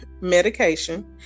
medication